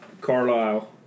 Carlisle